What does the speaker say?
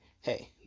hey